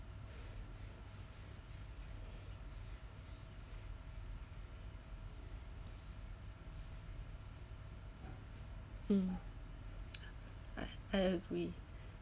mm I I agree